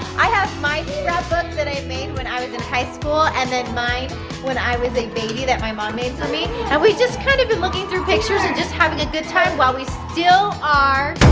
i have my scrapbook that i made when i was in high school and then mine when i was a baby that my mom made for me and we've just kind of been looking through pictures and just having a good time while we still are.